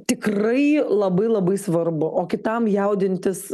tikrai labai labai svarbu o kitam jaudintis